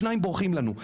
שניים בורחים לנו.